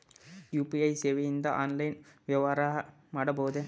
UPI ಸೇವೆಯಿಂದ online ವ್ಯವಹಾರ ಮಾಡಬಹುದೇ?